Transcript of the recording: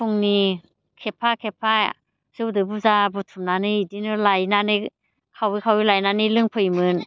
फुंनि खेबफा खेबफा जौदुजों बुरजा बुथुमनानै बिदिनो लायनानै खावै खावै लायनानै लोंफैयोमोन